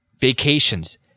Vacations